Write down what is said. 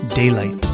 daylight